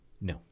No